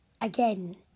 again